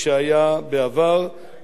ונוכל להשפיע טוב על עם ישראל.